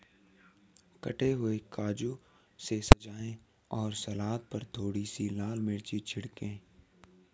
कटे हुए काजू से सजाएं और सलाद पर थोड़ी सी लाल मिर्च छिड़कें